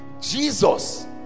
Jesus